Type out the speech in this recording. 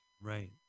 Right